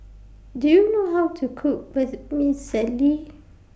Do YOU know How to Cook Vermicelli